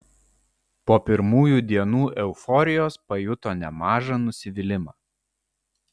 po pirmųjų dienų euforijos pajuto nemažą nusivylimą